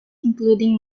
including